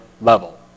level